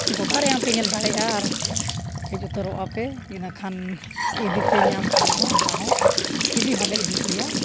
ᱜᱚᱴᱟ ᱨᱮᱭᱟᱜ ᱯᱮ ᱧᱮᱞ ᱫᱟᱲᱮᱭᱟᱜᱼᱟ ᱟᱨ ᱦᱮᱡ ᱩᱛᱟᱹᱨᱚᱜᱼᱟᱯᱮ ᱤᱱᱟᱹᱠᱷᱟᱱ ᱤᱫᱤᱯᱮ ᱧᱟᱢ ᱠᱷᱟᱱ ᱫᱚ ᱚᱱᱠᱟ ᱦᱚᱸ ᱤᱫᱤ ᱦᱚᱞᱮ ᱤᱫᱤ ᱯᱮᱭᱟ